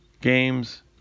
Games